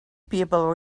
people